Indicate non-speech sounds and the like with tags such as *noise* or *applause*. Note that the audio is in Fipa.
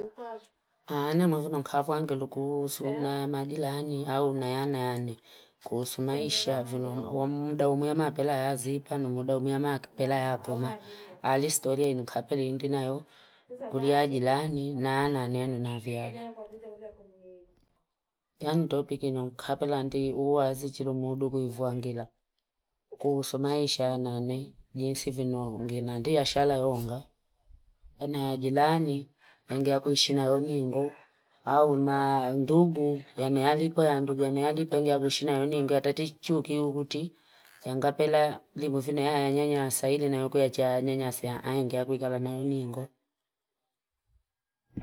*noise* Ane mwifu nukafu angilu kuusu na magila hani hau na yanayani kuusu maisha vunu. *noise* Wumuda umuyama pela ya zipa numuda umuyama akipela ya puma. Alistoria inukapele indina yo kuli hajilani na ananenu na vyao. *noise* Yanu topiki nukapele anti uwa zichiru mudu kuhivu angila. Kuuusu maisha yanane jinsi vunu mginatia shala yonga. Yanajilani ngengea kuishi na yoningo. *noise* Hau na ndugu, yanayari kwa yanayari ngengea kuishi na yoningo. Hatati chukiu kuti. Yangapela lingufine ya nyanyasaile na yuko yachaya nyanyasaile ngengea kuisha na yoningo.